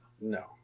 No